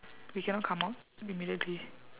we cannot come out immediately